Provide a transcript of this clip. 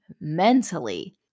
mentally